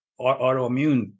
autoimmune